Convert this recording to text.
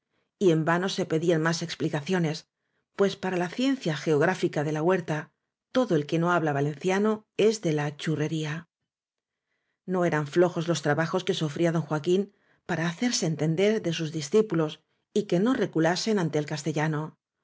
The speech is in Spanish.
y en vano se pedían más explicaciones pues para la ciencia geográfica de la huerta todo el que no habla valenciano es de la churrería no eran flojos los trabajos que sufría don joaquín para hacerse entender de sus discípulos y que no reculasen ante el castellano